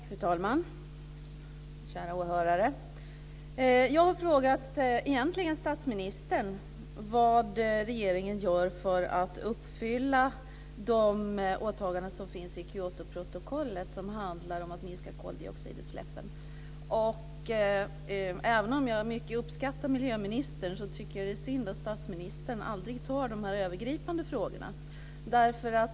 Fru talman! Kära åhörare! Jag har egentligen frågat statsministern vad regeringen gör för att uppfylla de åtaganden i Kyotoprotokollet som handlar om att minska koldioxidutsläppen. Även om jag mycket uppskattar miljöministern tycker jag att det är synd att statsministern aldrig tar de övergripande frågorna.